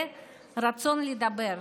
ורצון לדבר,